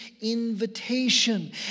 invitation